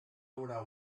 haurà